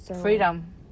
Freedom